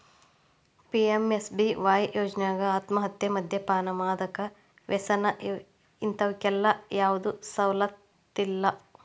PMSBY ಯೋಜ್ನಾಕ ಆತ್ಮಹತ್ಯೆ, ಮದ್ಯಪಾನ, ಮಾದಕ ವ್ಯಸನ ಇಂತವಕ್ಕೆಲ್ಲಾ ಯಾವ್ದು ಸವಲತ್ತಿಲ್ಲ